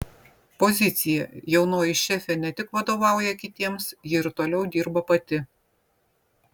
pozicija jaunoji šefė ne tik vadovauja kitiems ji ir toliau dirba pati